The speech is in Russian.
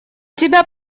тебя